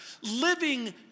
living